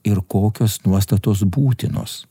ir kokios nuostatos būtinos